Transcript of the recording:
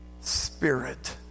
spirit